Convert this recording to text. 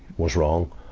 was wrong,